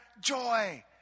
joy